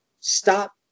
Stop